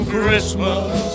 Christmas